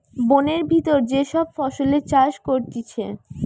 বোনের ভিতর যে সব ফসলের চাষ করতিছে